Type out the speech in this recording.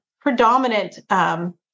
predominant